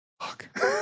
fuck